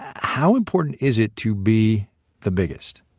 ah how important is it to be the biggest?